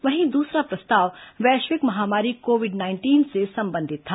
वहीं द्रसरा प्रस्ताव वैश्विक महामारी कोविड नाइंटीन से संबंधित था